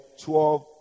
twelve